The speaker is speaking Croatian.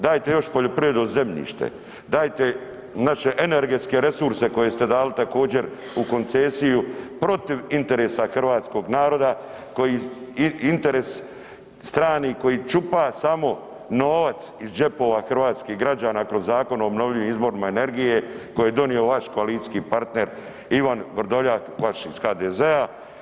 Daje još poljoprivredno zemljište, dajte naše energetske resurse koje ste dali također u koncesiju protiv interesa hrvatskog naroda, interes strani koji čupa samo novac iz džepova hrvatskih građana kroz Zakon o obnovljivim izborima energije koji je donio vam koalicijski partner Ivan Vrdoljak vaš iz HDZ-a.